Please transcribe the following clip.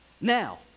now